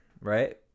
right